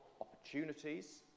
opportunities